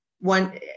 one